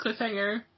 cliffhanger